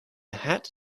hat